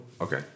Okay